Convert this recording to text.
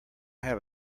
have